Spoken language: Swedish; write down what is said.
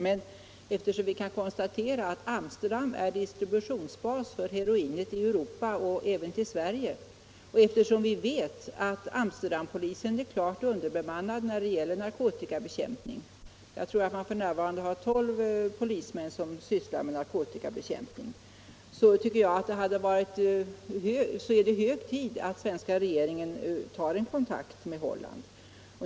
Men eftersom vi kan konstatera att Amsterdam är distributionsbas i Europa för heroinet och eftersom vi vet att Amsterdampolisen är klart underbemannad när det gäller narkotikabekämpning — jag tror att man f.n. har tolv polismän som sysslar med narkotikabekämpning — är det hög tid att svenska regeringen tar en kontakt med Holland.